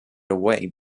away